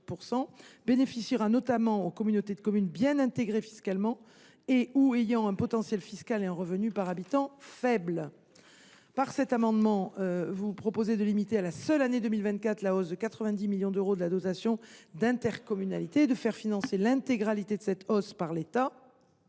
bénéficieront notamment aux communautés de communes bien intégrées fiscalement ou ayant un potentiel fiscal et un revenu par habitant faibles. Cet amendement tend à limiter à la seule année 2024 la hausse de 90 millions d’euros de la dotation d’intercommunalité et de faire financer l’intégralité de cette hausse par l’État,